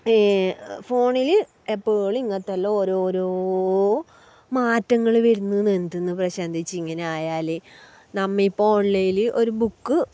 ഫോണിൽ എപ്പോളും ഇങ്ങനത്തെ എല്ലാം ഓരോരോ മാറ്റങ്ങൾ വരുന്നു എന്ന് എന്തെന്ന് പ്രശാന്ത ചേച്ചി ഇങ്ങനെ ആയാൽ നമ്മൾ ഇപ്പോൾ ഓൺലൈനിൽ ഒരു ബുക്ക്